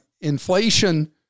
inflation